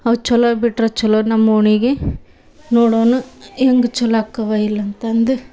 ಅವು ಚಲೋ ಬಿಟ್ರೆ ಚಲೋ ನಮ್ಮ ಓಣಿಗೆ ನೋಡೋಣ ಹೆಂಗೆ ಚಲೋ ಅಕವ ಇಲ್ಲ ಅಂತಂದು